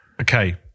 Okay